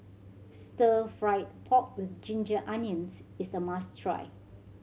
Stir Fry pork with ginger onions is a must try